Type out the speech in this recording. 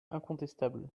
incontestable